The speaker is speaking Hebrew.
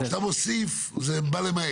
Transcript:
כשאתה מוסיף, זה בא למעט.